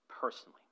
personally